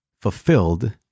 fulfilled